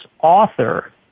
author